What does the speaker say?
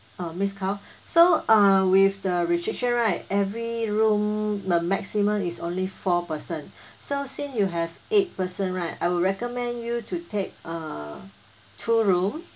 oh miss kal so uh with the restriction right every room the maximum is only four person so since you have eight person right I will recommend you to take uh two room